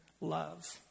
love